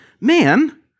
man